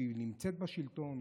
שנמצאת בשלטון,